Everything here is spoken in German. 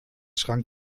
schrank